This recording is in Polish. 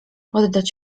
oddać